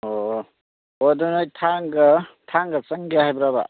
ꯑꯣ ꯑꯣ ꯑꯗꯨ ꯅꯣꯏ ꯊꯥꯡꯒ ꯊꯥꯡꯒ ꯆꯪꯒꯦ ꯍꯥꯏꯕ꯭ꯔꯥꯕ